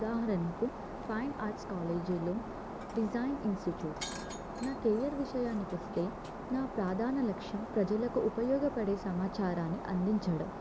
ఉదాహరణకు fine arts కాలేజీలు design institutes నా కెరియర్ విషయానికొస్తే నా ప్రధాన లక్ష్యం ప్రజలకు ఉపయోగపడే సమాచారాన్ని అందించడం